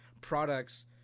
products